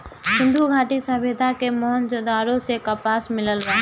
सिंधु घाटी सभ्यता के मोहन जोदड़ो से कपास मिलल बा